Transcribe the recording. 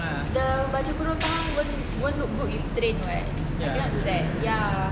the baju kurung pahang won't look good with train what you cannot do that ya